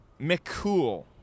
McCool